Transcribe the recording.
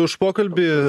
už pokalbį